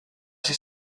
ser